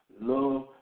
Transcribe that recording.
Love